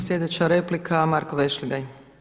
Sljedeća replika Marko Vešligaj.